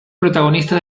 protagonista